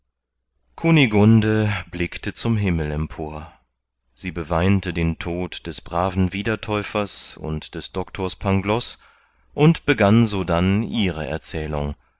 kunigunde blickte zum himmel empor sie beweinte den tod des braven wiedertäufers und des doctors pangloß und begann sodann ihre erzählung